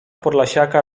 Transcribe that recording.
podlasiaka